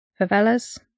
favelas